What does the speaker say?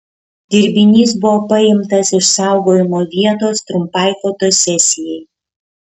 dirbinys buvo paimtas iš saugojimo vietos trumpai fotosesijai